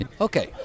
Okay